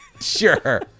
Sure